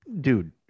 dude